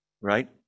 right